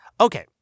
Okay